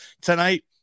tonight